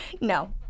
No